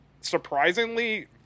surprisingly